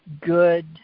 good